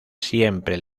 siempre